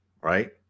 right